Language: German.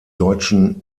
deutschen